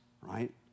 right